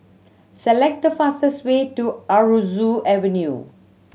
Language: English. select the fastest way to Aroozoo Avenue